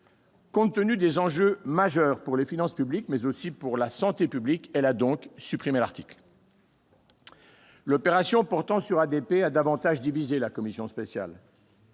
Compte tenu des enjeux majeurs pour les finances publiques, mais aussi pour la santé publique, elle a donc supprimé l'article concerné. L'opération portant sur ADP a davantage divisé la commission spéciale.